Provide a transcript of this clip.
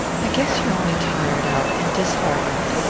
i guess you're on'y tired out and disheartened.